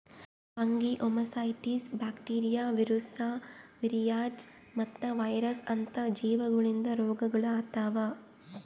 fungi, oomycetes, bacteria, virus, viroids ಮತ್ತ virus ಅಂತ ಜೀವಿಗೊಳಿಂದ್ ರೋಗಗೊಳ್ ಆತವ್